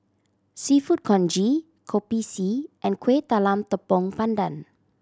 Seafood Congee Kopi C and Kueh Talam Tepong Pandan